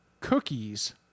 cookies